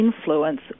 influence